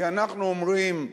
כי אנחנו אומרים,